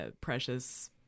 precious